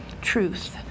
Truth